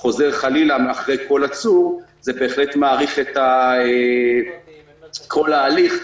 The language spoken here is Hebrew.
אחרי כל עצור, זה בהחלט מאריך את כל ההליך,